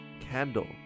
Candle